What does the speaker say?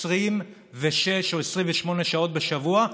26 או 28 שעות בשבוע,